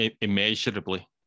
immeasurably